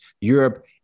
Europe